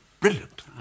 Brilliant